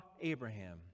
Abraham